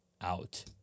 out